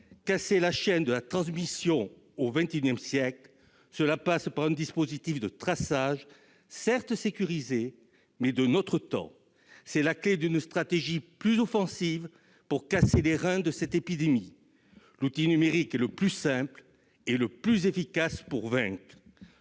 casser une chaîne de transmission au XXI siècle passe par un dispositif de traçage de notre temps, mais sécurisé. C'est la clé d'une stratégie plus offensive pour casser les reins de cette épidémie. L'outil numérique est le plus simple et le plus efficace pour vaincre.